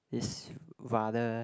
is rather